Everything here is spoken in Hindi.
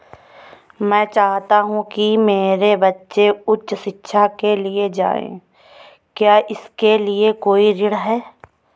मैं चाहता हूँ कि मेरे बच्चे उच्च शिक्षा के लिए जाएं क्या इसके लिए कोई ऋण है?